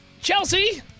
Chelsea